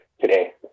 today